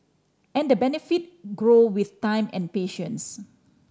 and the benefit grow with time and patience